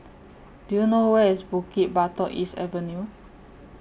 Do YOU know Where IS Bukit Batok East Avenue